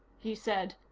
he said.